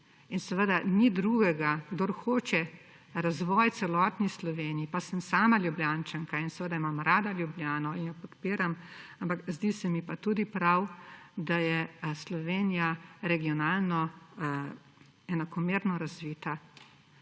In seveda ni drugega, kdor hoče razvoj celotni Sloveniji, pa sem sama Ljubljančanka in imam rada Ljubljano in jo podpiram, ampak zdi se mi pa tudi prav, da je Slovenija regionalno enakomerno razvita.